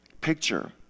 picture